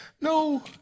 No